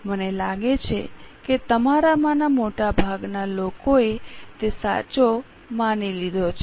મને લાગે છે કે તમારામાંના મોટાભાગના લોકોએ તે સાચો માણી લીધો છે